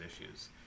issues